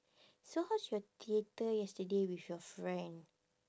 so how is your theatre yesterday with your friend